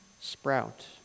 sprout